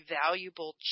valuable